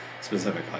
specifically